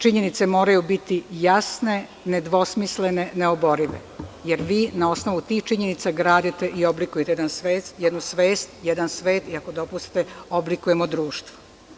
Činjenice moraju biti jasne, nedvosmislene, neoborive jer na osnovu tih činjenica gradite i oblikujete jednu svest, jedan svet i ako dopustite, oblikujemo društvo.